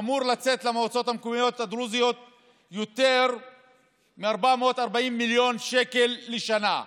אמור לצאת למועצות המקומיות הדרוזיות יותר מ-440 מיליון שקל לשנה,